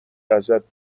ازت